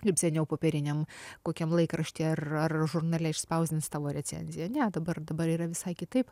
kaip seniau popieriniam kokiam laikrašty ar ar žurnale išspausdins tavo recenziją ne dabar dabar yra visai kitaip